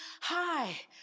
hi